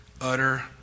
Utter